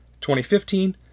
2015